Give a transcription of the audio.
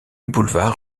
boulevard